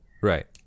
Right